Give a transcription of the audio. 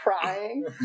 crying